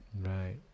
right